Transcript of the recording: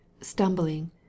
stumbling